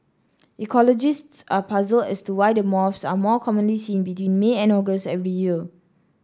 ecologists are puzzled as to why the moths are more commonly seen between May and August every year